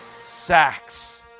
sacks